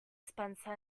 spencer